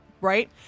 Right